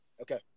Okay